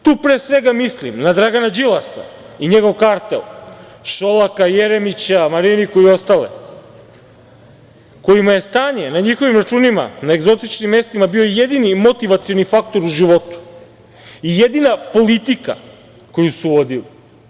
Tu pre svega, mislim na Dragana Đilasa i njegov kartel, Šolaka i Jeremića, Mariniku i ostale, kojima je stanje na njihovim računima, na egzotičnim mestima bio jedini motivacioni faktor u životu, i jedina politika koju su vodili.